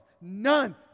none